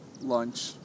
lunch